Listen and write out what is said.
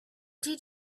did